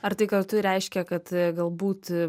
ar tai kartu reiškia kad galbūt